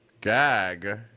Gag